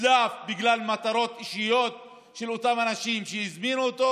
והודלף בגלל מטרות אישיות של אותם אנשים שהזמינו אותו.